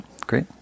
great